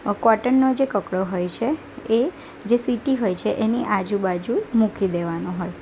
કોટનનો જે કકડો હોય છે એ જે સિટી હોય છે એની આજુબાજુ મૂકી દેવાનો હોય